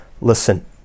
Listen